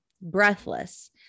Breathless